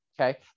Okay